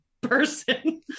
person